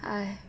I